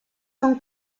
son